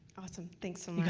awesome thanks so